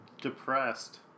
depressed